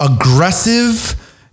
aggressive